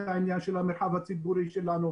על הבסיס הזה יקבל את המינוי שלו למפכ"לות.